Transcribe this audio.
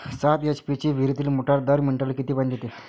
सात एच.पी ची विहिरीतली मोटार दर मिनटाले किती पानी देते?